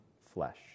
flesh